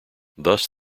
thus